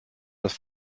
das